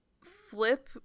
flip